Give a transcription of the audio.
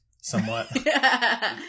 somewhat